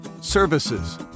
services